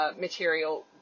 material